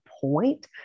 point